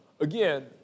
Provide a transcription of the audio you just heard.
again